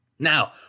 Now